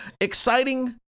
exciting